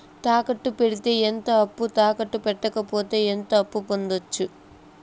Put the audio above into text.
తాకట్టు పెడితే ఎంత అప్పు, తాకట్టు పెట్టకపోతే ఎంత అప్పు పొందొచ్చు?